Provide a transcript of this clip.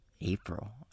April